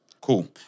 Cool